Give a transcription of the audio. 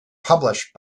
published